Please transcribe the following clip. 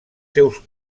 seus